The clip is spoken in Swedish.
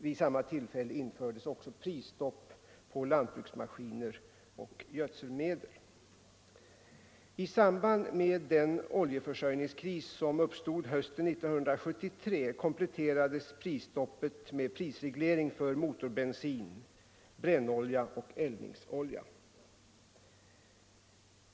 Vid samma tillfälle infördes också prisstopp på lantbruksmaskiner och gödselmedel.